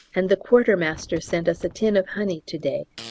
and the quartermaster sent us a tin of honey to-day,